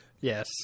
Yes